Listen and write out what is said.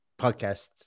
podcast